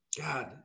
God